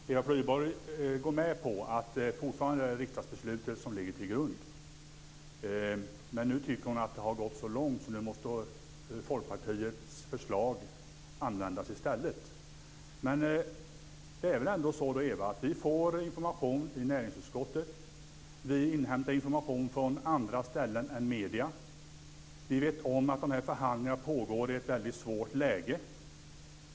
Fru talman! Eva Flyborg går med på att det fortfarande är riksdagsbeslutet som ligger till grund, men nu tycker Eva Flyborg att det har gått så långt att Folkpartiets förslag måste användas i stället. Vi får information i näringsutskottet. Vi inhämtar information från andra ställen än medierna. Vi vet att förhandlingarna pågår i ett väldigt svårt läge.